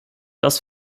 das